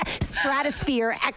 stratosphere